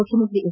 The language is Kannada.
ಮುಖ್ಯಮಂತ್ರಿ ಎಚ್